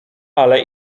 ale